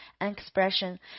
expression